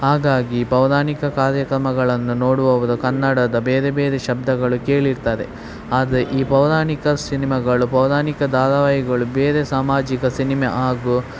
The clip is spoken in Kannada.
ಹಾಗಾಗಿ ಪೌರಾಣಿಕ ಕಾರ್ಯಕ್ರಮಗಳನ್ನು ನೋಡುವವರು ಕನ್ನಡದ ಬೇರೆ ಬೇರೆ ಶಬ್ದಗಳು ಕೇಳಿರ್ತಾರೆ ಆದರೆ ಈ ಪೌರಾಣಿಕ ಸಿನಿಮಗಳು ಪೌರಾಣಿಕ ಧಾರಾವಾಹಿಗಳು ಬೇರೆ ಸಾಮಾಜಿಕ ಸಿನಿಮೆ ಹಾಗೂ